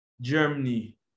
Germany